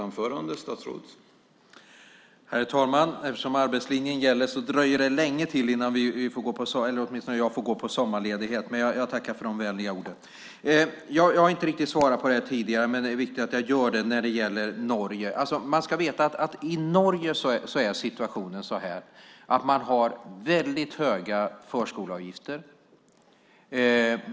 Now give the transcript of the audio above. Herr talman! Eftersom arbetslinjen gäller dröjer det länge innan åtminstone jag får gå på sommarledighet, men jag tackar för de vänliga orden. Jag har inte riktigt svarat på det här med Norge tidigare, men det är viktigt att jag gör det. Man ska veta att i Norge är situationen sådan att man har väldigt höga förskoleavgifter.